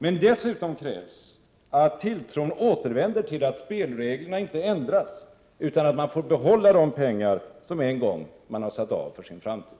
Men dessutom krävs att tilltron återvänder till att spelreglerna inte ändras, utan att man får behålla de pengar som man en gång har satt av för sin framtid.